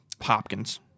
Hopkins